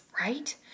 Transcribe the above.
right